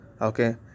okay